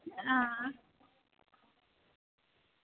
हां